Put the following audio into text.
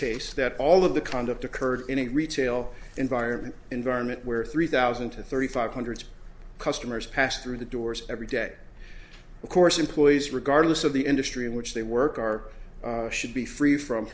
case that all of the conduct occurred in a retail environment environment where three thousand to thirty five hundred customers pass through the doors every day of course employees regardless of the industry in which they work are should be free from